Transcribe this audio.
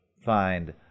find